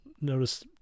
notice